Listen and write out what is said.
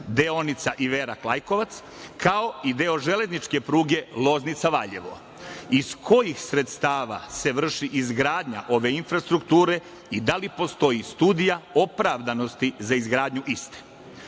deonica Iverak – Lajkovac, kao i deo železničke pruge Loznica – Valjevo? Iz kojih sredstava se vrši izgradnja ove infrastrukture i da li postoji studija opravdanosti za izgradnju